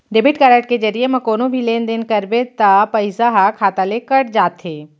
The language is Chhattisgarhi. डेबिट कारड के जरिये म कोनो भी लेन देन करबे त पइसा ह खाता ले कट जाथे